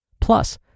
Plus